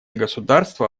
государства